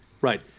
right